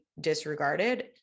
disregarded